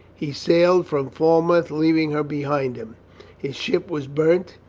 he sailed from falmouth, leaving her behind him his ship was burnt,